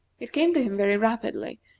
it came to him very rapidly,